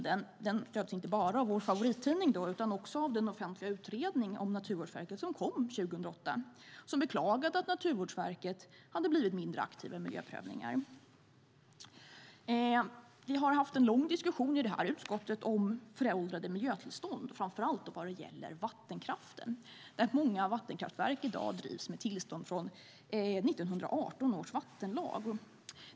Den bilden stöds inte bara av vår favorittidning utan också av den offentliga utredning om Naturvårdsverket som kom 2008 och som beklagade att Naturvårdsverket hade blivit mindre aktiva i miljöprövningar. I utskottet har vi haft en lång diskussion om föråldrade miljötillstånd, framför allt när det gäller vattenkraften. Många vattenkraftverk drivs i dag med tillstånd från 1918 års vattenlag.